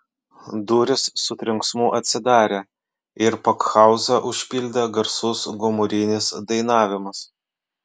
durys su trenksmu atsidarė ir pakhauzą užpildė garsus gomurinis dainavimas